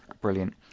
Brilliant